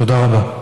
תודה רבה.